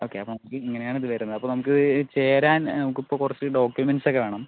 okay അപ്പോൾ നമുക്ക് ഇങ്ങനെയാണ് ഇത് വരുന്നത് അപ്പോൾ നമുക്ക് ഇത് ചേരാൻ നമുക്കിപ്പോൾ കുറച്ച് ഡോക്യൂമെന്റ്സ് ഒക്കെ വേണം